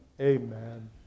amen